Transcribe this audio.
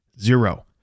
zero